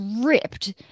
ripped